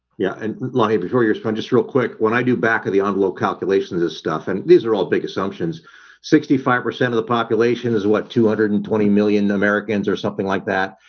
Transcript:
yeah, and lonnie before you respond just real quick. when i do back of the envelope calculations is stuff and these are all big assumptions sixty five percent of the population is what two hundred and twenty million americans or something like that?